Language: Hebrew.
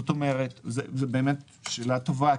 זו באמת שאלה טובה.